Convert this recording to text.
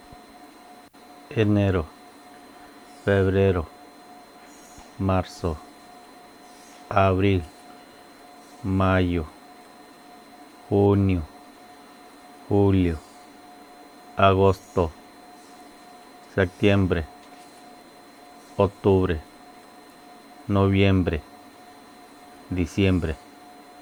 Enero, febrero, marso, abri, mayo, junio, julio, agosto, sektiembre, octubre, noviembre, disiembre.